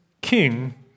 king